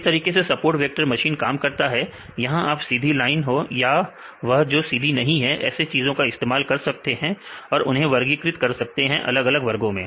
इस तरीके से सपोर्ट वेक्टर मशीन काम करता है यहां आप सीधी लाइन या वह जो सीधी नहीं है ऐसे चीजों को इस्तेमाल कर सकते हैं और उन्हें वर्गीकृत कर सकते हैं अलग अलग वर्गों में